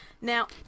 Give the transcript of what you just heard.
now